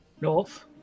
North